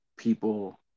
People